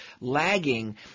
lagging